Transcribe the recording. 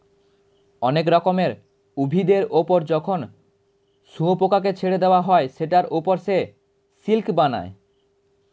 অনেক রকমের উভিদের ওপর যখন শুয়োপোকাকে ছেড়ে দেওয়া হয় সেটার ওপর সে সিল্ক বানায়